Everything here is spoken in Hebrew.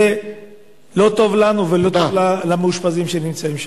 זה לא טוב לנו ולא טוב למאושפזים שנמצאים שם.